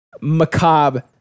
macabre